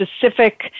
specific